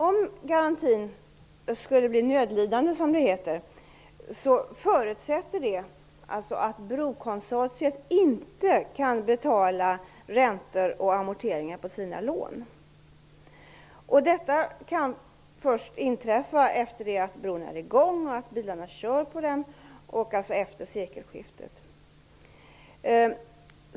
Om garantin skulle bli nödlidande, som det heter, förutsätter det att brokonsortiet inte kan betala räntor och amorteringar på sina lån. Detta kan inträffa först efter det att bron tagits i bruk och när bilarna kör på den, dvs. efter sekelskiftet.